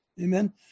Amen